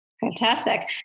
Fantastic